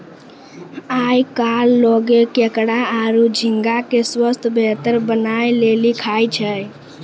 आयकल लोगें केकड़ा आरो झींगा के स्वास्थ बेहतर बनाय लेली खाय छै